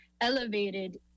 elevated